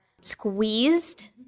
squeezed